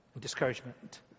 discouragement